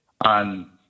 on